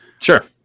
Sure